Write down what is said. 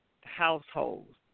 households